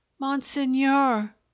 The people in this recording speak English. monseigneur